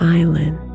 island